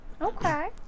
Okay